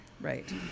Right